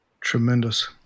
Tremendous